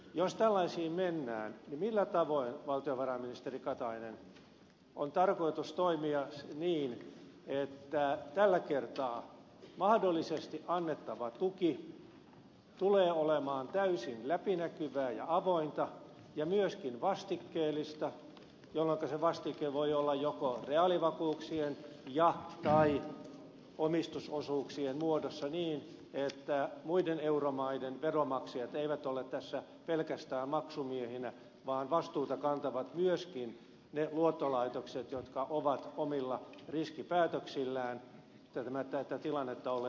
jos tällaisiin mennään niin millä tavoin valtiovarainministeri katainen on tarkoitus toimia niin että tällä kertaa mahdollisesti annettava tuki tulee olemaan täysin läpinäkyvää ja avointa ja myöskin vastikkeellista jolloinka se vastike voi olla reaalivakuuksien tai omistusosuuksien muodossa niin että muiden euromaiden veronmaksajat eivät ole tässä pelkästään maksumiehinä vaan vastuuta kantavat myöskin ne luottolaitokset jotka ovat omilla riskipäätöksillään tätä tilannetta olleet synnyttämässä